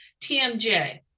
TMJ